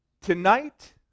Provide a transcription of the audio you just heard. Tonight